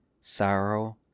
sorrow